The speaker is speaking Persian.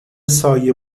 سایه